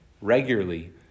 regularly